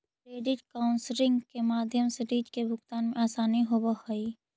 credit counselling के माध्यम से रीड के भुगतान में असानी होवऽ हई